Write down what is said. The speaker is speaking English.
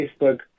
facebook